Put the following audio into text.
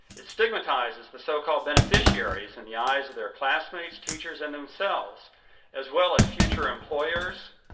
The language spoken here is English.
it stigmatizes the so called beneficiaries in the eyes of their classmates, teachers, and themselves as well as future employers,